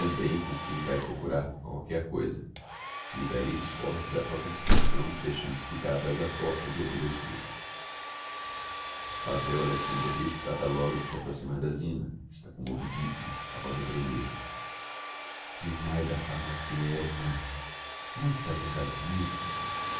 e sae tambem como quem vae procurar qualquer coisa e d'ahi desforra se da propria discreção deixando-se ficar atráz da porta de ouvido á escuta pavel alexandrovitch trata logo de se approximar da zina está commovidissimo com a voz a tremer zinaida aphanassievna não está zangada commigo